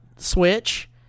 Switch